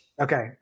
Okay